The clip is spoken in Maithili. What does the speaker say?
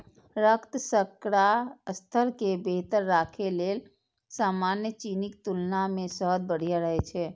रक्त शर्करा स्तर कें बेहतर राखै लेल सामान्य चीनीक तुलना मे शहद बढ़िया रहै छै